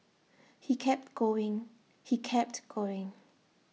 he kept going he kept going